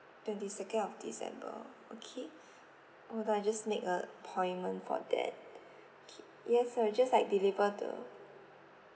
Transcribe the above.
twenty second of december okay or do I just make a appointment for that K yes I will just like deliver the